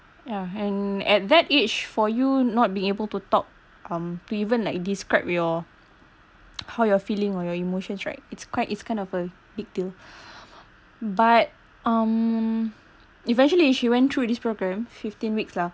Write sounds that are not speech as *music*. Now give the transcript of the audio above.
yeah and at that age for you not being able to talk um to even like describe your *noise* how you're feeling or your emotions right it's quite it's kind of a big deal *breath* but um eventually she went through this program fifteen weeks lah